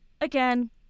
again